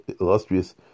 illustrious